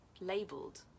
labeled